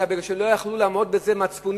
אלא כי לא היו יכולים לעמוד בזה מצפונית.